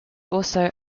also